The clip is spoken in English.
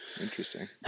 Interesting